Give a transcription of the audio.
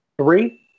Three